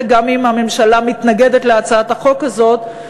גם אם הממשלה מתנגדת להצעת החוק הזאת,